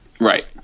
Right